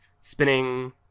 spinning